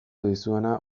dizudana